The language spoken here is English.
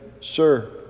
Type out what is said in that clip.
Sir